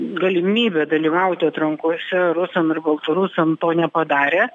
galimybę dalyvauti atrankose rusam ir baltrusam to nepadarė